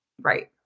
Right